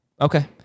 okay